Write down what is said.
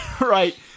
right